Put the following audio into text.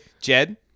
Jed